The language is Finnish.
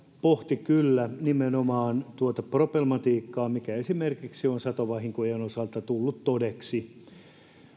pohti kyllä nimenomaan tuota problematiikkaa mikä esimerkiksi on satovahinkojen osalta tullut todeksi